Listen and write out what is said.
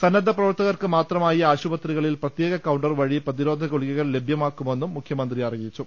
സന്ന ദ്ധപ്രവർത്തകർക്ക് മാത്രമായി ആശു പത്രികളിൽ പ്രത്യേക കൌണ്ടർ വഴി പ്രതിരോധ ഗുളികകൾ ലഭ്യമാക്കുമെന്നും മുഖ്യ മന്ത്രി അറിയിച്ചു